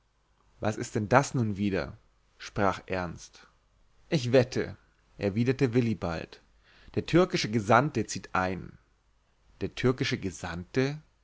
was ist denn das nun wieder sprach ernst ich wette erwiderte willibald der türkische gesandte zieht ein der türkische gesandte